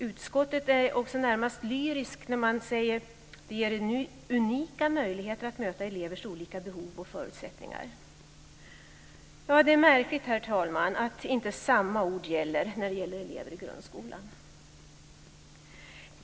Utskottet är också närmast lyriskt när man säger: "- finns unika möjligheter att möta elevers olika behov och förutsättningar." Herr talman! Det är märkligt att inte samma ord gäller för elever i grundskolan.